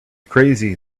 crazy